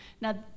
Now